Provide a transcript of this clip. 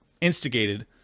instigated